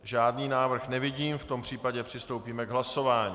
Žádný návrh nevidím, v tom případě přistoupíme k hlasování.